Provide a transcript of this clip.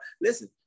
Listen